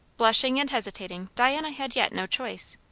blushing and hesitating, diana had yet no choice.